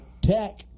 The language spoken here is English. Tech